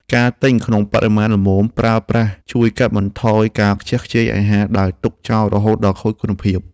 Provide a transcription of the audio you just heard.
ការទិញក្នុងបរិមាណល្មមប្រើប្រាស់ជួយកាត់បន្ថយការខ្ជះខ្ជាយអាហារដែលទុកចោលរហូតដល់ខូចគុណភាព។